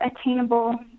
attainable